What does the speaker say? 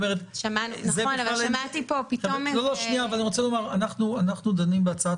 אבל שמעתי פה פתאום --- אנחנו דנים בהצעת